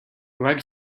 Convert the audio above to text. hua